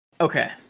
okay